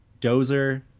Dozer